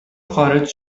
خارج